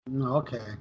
Okay